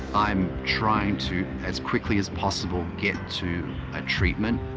i'm trying to as quickly as possible get to a treatment,